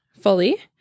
fully